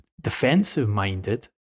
defensive-minded